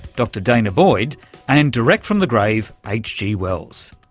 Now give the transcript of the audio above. dr danah boyd and, direct from the grave, hg wells.